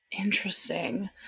interesting